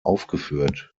aufgeführt